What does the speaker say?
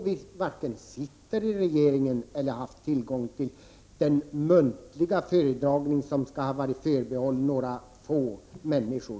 Vi sitter inte i regeringsställning och har inte heller tillgång till den muntliga föredragning som skall ha varit förbehållen några få människor.